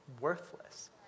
worthless